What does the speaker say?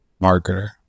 marketer